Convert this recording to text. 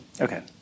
okay